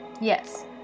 Yes